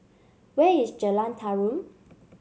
where is Jalan Tarum